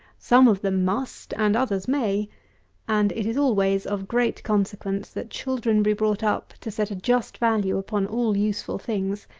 some of them must, and others may and it is always of great consequence, that children be brought up to set a just value upon all useful things,